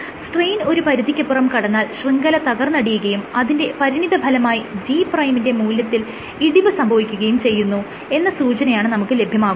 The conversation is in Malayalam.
സ്ട്രെയിൻ ഒരു പരിധിക്കപ്പുറം കടന്നാൽ ശൃംഖല തകർന്നടിയുകയും അതിന്റെ പരിണിത ഫലമായി G' ന്റെ മൂല്യത്തിൽ ഇടിവ് സംഭവിക്കുകയും ചെയ്യുന്നു എന്ന സൂചനയാണ് നമുക്ക് ലഭ്യമാകുന്നത്